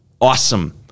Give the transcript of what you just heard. awesome